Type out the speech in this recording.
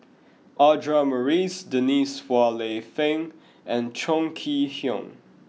Audra Morrice Denise Phua Lay Peng and Chong Kee Hiong